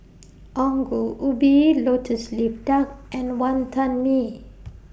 Ongol Ubi Lotus Leaf Duck and Wantan Mee